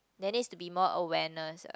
there needs to be more awareness ah